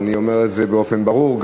ואני אומר את זה באופן ברור,